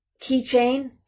Keychain